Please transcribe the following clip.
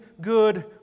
good